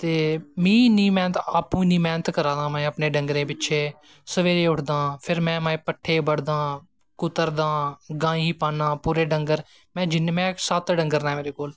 ते मीं अप्पूं इन्नी मैह्नत करा दा ऐं डंगरें पिच्छें सवेरे उठदा फिर में पट्ठे बड्दां आं कुतरदा हां गायें गी पान्नां पूरे डंगर में सत्त डंगदर नै मेरे कोल